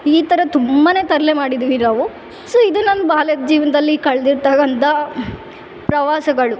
ಈ ಥರ ತುಂಬಾನೆ ತರಲೆ ಮಾಡಿದ್ದೀವಿ ನಾವು ಸೊ ಇದು ನನ್ನ ಬಾಲ್ಯದ ಜೀವನದಲ್ಲಿ ಕಳ್ದಿರ್ತಕಂಥ ಪ್ರವಾಸಗಳು